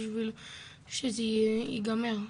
בשביל שזה ייגמר,